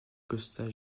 costa